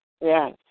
yes